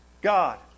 God